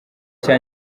cya